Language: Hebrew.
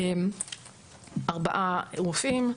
ארבעה רופאים,